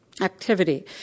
activity